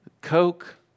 Coke